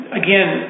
again